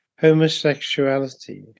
homosexuality